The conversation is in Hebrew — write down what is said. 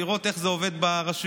לראות איך זה עובד ברשויות,